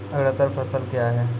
अग्रतर फसल क्या हैं?